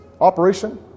operation